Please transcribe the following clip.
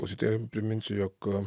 klausytojam priminsiu jog